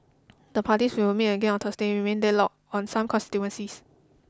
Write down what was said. the parties which will meet again on Thursday remain deadlocked on some constituencies